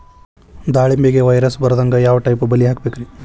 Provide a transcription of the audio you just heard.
ದಾಳಿಂಬೆಗೆ ವೈರಸ್ ಬರದಂಗ ಯಾವ್ ಟೈಪ್ ಬಲಿ ಹಾಕಬೇಕ್ರಿ?